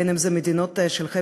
בין אם זה חבר המדינות לשעבר?